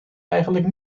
eigenlijk